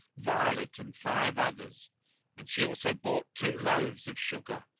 violet and five others and she also bought two loaves of sugar,